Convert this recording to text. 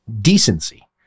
decency